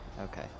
Okay